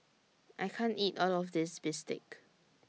I can't eat All of This Bistake